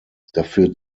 dafür